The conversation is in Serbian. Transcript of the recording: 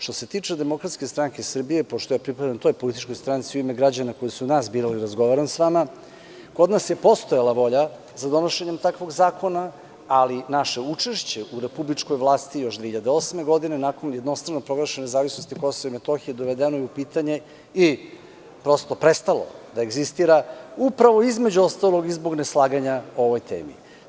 Što se tiče DSS, pošto pripadam toj političkoj stranci, u ime građana koji su nas birali, razgovaram sa vama, kod nas je postojala volja za donošenjem takvog zakona ali naše učešće u republičkoj vlasti još 2008. godine nakon jednostrano proglašene nezavisnosti Kosova i Metohije dovedeno je u pitanje i prosto prestalo da egzistira upravo između ostalog i zbog neslaganja o ovoj temi.